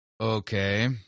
Okay